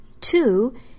Two